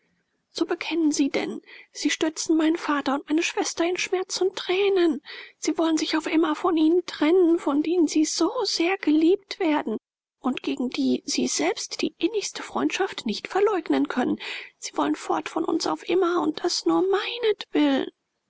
so bekennen sie denn sie stürzen meinen vater und meine schwester in schmerz und tränen sie wollen sich auf immer von ihnen trennen von denen sie so sehr geliebt werden und gegen die sie selbst die innigste freundschaft nicht verleugnen können sie wollen fort von uns auf immer und das nur